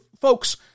Folks